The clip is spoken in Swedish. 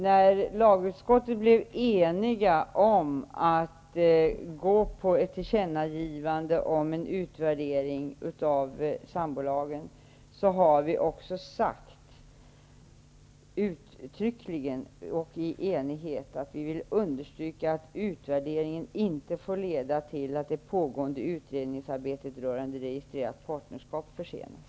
När lagutskottet blev enigt om ett tillkännagivande av en utvärdering av sambolagen, sade vi också uttryckligen och i enighet att vi vill understryka att utvärderingen inte får leda till att det pågående utredningsarbetet rörande registrerat partnerskap försenas.